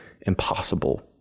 impossible